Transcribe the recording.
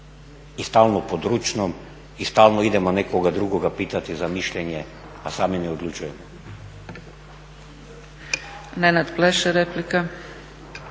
i stalno pod ručnom i stalno idemo nekoga drugoga pitati za mišljenje, a sami ne odlučujemo.